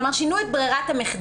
כלומר, שינו את ברירת המחדל.